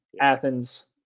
Athens